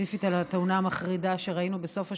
ספציפית על התאונה המחרידה שראינו בסוף השבוע,